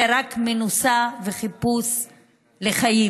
זה רק מנוסה וחיפוש חיים.